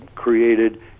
created